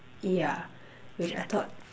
ya which I thought